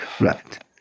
right